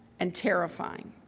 and terrifying.